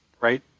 right